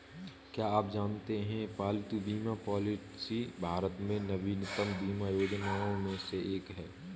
क्या आप जानते है पालतू बीमा पॉलिसी भारत में नवीनतम बीमा योजनाओं में से एक है?